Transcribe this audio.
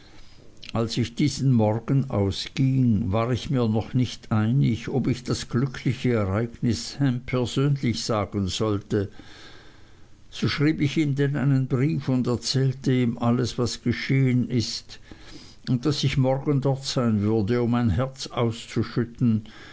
als ich diesen morgen ausging war ich mir noch nicht einig ob ich das glückliche ereignis ham persönlich sagen sollte so schrieb ich ihm denn einen brief und erzählte ihm alles was geschehen ist und daß ich morgen dort sein würde um mein herz auszuschütten